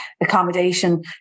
accommodation